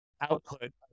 output